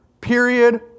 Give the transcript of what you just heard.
period